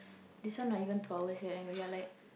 this one not even two hours yet and we are like